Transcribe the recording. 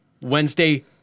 Wednesday